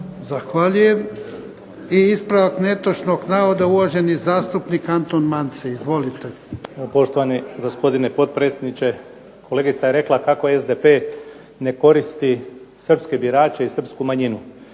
Zahvaljujem. Ispravak netočnog navoda, uvaženi zastupnik Anton Mance, izvolite. **Mance, Anton (HDZ)** Poštovani gospodine potpredsjedniče. Kolegica je rekla kako SDP ne koristi srpske birače i srpsku manjinu.